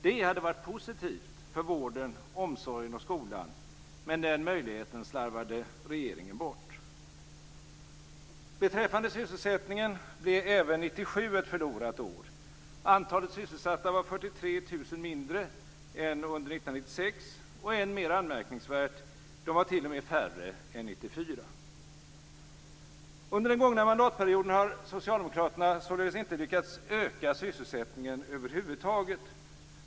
Det hade varit positivt för vården, omsorgen och skolan, men den möjligheten slarvade regeringen bort. Beträffande sysselsättningen blev även 1997 ett förlorat år. Antalet sysselsatta var 43 000 mindre än under 1996, och - än mer anmärkningsvärt - de var t.o.m. färre än 1994. Under den gångna mandatperioden har socialdemokraterna således inte lyckats öka sysselsättningen över huvud taget.